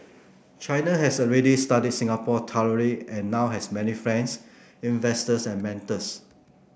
China has already studied Singapore thoroughly and now has many friends investors and mentors